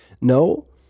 No